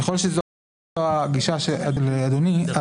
ככל שזו הגישה של אדוני,